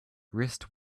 rest